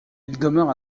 demeure